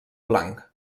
blanc